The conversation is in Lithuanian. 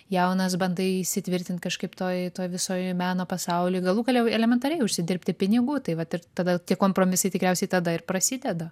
jaunas bandai įsitvirtint kažkaip toj toj visoj meno pasauly galų gale elementariai užsidirbti pinigų tai vat ir tada tie kompromisai tikriausiai tada ir prasideda